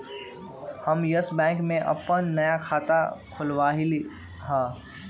हम Yes Bank में अप्पन नया खाता खोलबईलि ह